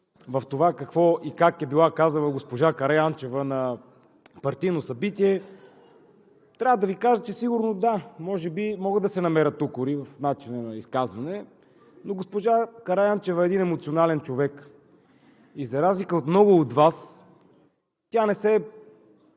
за това какво и как е била казала госпожа Караянчева на партийно събитие. Трябва да Ви кажа, че сигурно – да, може би могат да се намерят укори в начина на изказване, но госпожа Караянчева е един емоционален човек и за разлика от много от Вас тя не се е